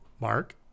Mark